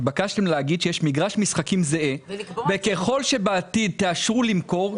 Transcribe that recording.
התבקשתם להגיד שיש מגרש משחקים זהה וככל שבעתיד תאשרו למכור,